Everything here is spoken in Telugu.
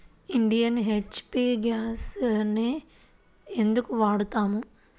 ఇండియన్, హెచ్.పీ గ్యాస్లనే ఎందుకు వాడతాము?